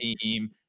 team